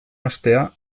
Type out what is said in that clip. hastea